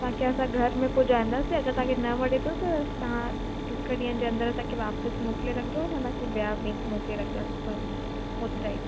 तव्हांखे असां घर में पुॼाईंदासे अगरि तव्हांखे न वणे थो त तव्हां हिकु ॾींहं जे अंदरि असांखे वापसि मोकिले रखिजो असां तव्हांखे ॿिया बि मोकिले रखंदासे फल ओतिरा ई